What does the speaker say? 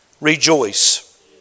rejoice